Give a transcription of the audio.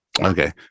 Okay